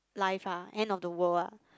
life ah end of the world ah